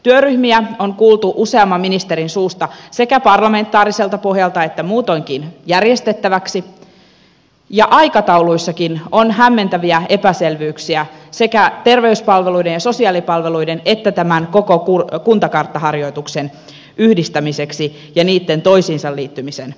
työryhmiä on kuultu useamman ministerin suusta sekä parlamentaariselta pohjalta että muutoinkin järjestettäväksi ja aikatauluissakin on hämmentäviä epäselvyyksiä sekä terveyspalveluiden ja sosiaalipalveluiden että tämän koko kuntakarttaharjoituksen yhdistämiseksi ja niitten toisiinsa liittymisen osalta